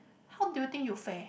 how do you think you fair